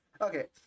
Okay